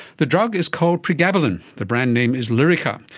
the drug is called pregabalin, the brand name is lyrica,